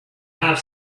have